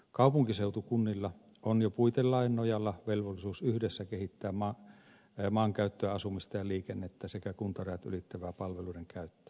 kaupunkiseutukunnilla on jo puitelain nojalla velvollisuus yhdessä kehittää maankäyttöä asumista ja liikennettä sekä kuntarajat ylittävää palveluiden käyttöä